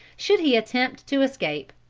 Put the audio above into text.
should he attempt to escape.